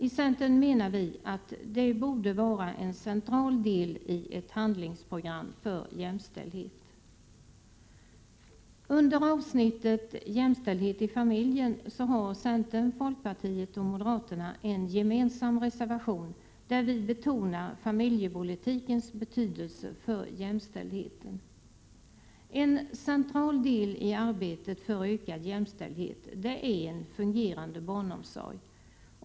I centern menar vi att det borde vara en central del i ett handlingsprogram för jämställdhet. Under avsnittet om jämställdhet i familjen har centerpartiet, folkpartiet och moderaterna en gemensam reservation, där vi betonar familjepolitikens betydelse för jämställdheten. En central del i arbetet för ökad jämställdhet är en fungerande barnomsorg.